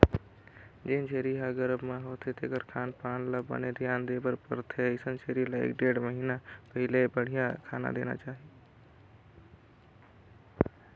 जेन छेरी ह गरभ म होथे तेखर खान पान ल बने धियान देबर परथे, अइसन छेरी ल एक ढ़ेड़ महिना पहिली बड़िहा खाना देना चाही